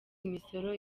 imisoro